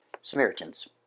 Samaritans